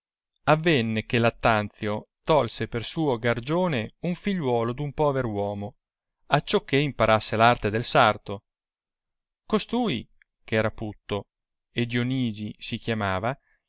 avenne che lattanzio tolse per suo gargione un figliuolo d'un pover uomo acciò che imparasse l'arte del sarto costui che era putto e dionigi si chiamava